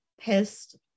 pissed